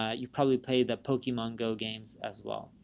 ah you've probably played the pokemon go games as well.